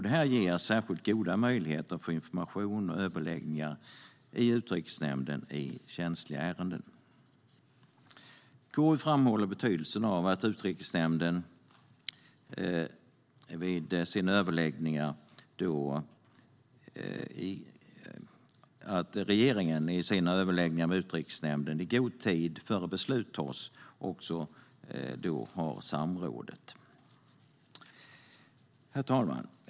Detta ger särskilt goda möjligheter för information och överläggningar i känsliga ärenden i Utrikesnämnden. KU framhåller betydelsen av att regeringen har överläggningar med Utrikesnämnden i god tid innan beslut tas. Herr talman!